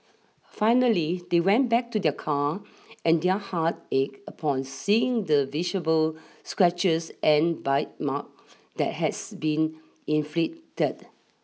finally they went back to their car and their heart ached upon seeing the visible scratches and bite mark that has been inflicted